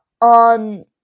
on